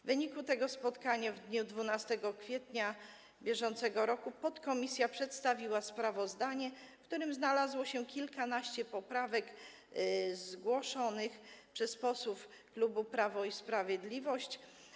W wyniku tego spotkania w dniu 12 kwietnia br. podkomisja przedstawiła sprawozdanie, w którym uwzględniono kilkanaście poprawek zgłoszonych przez posłów klubu Prawo i Sprawiedliwość.